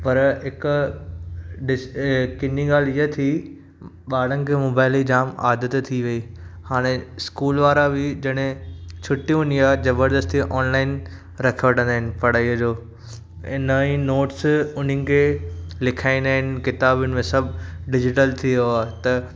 पर हिकु ॾिस किनी ॻाल्हि हीअं थी ॿारनि खे मोबाइल जी जामु आदत थी वई हाणे स्कूल वारा बि जॾहिं छुटी हूंदी आहे ज़बरदस्ती ऑनलाइन रखी वठंदा आहिनि पढ़ाई जो न ही नोटस उनखे लिखाईंदा आहिनि किताबुनि में सभु डिजिटल थी वियो आहे त